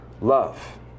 love